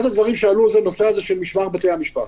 אחד הדברים שעלו זה הנושא של משמר בתי-המשפט.